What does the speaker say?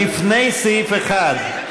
לפני סעיף 1,